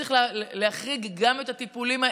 צריך להחריג גם את הטיפולים האלה,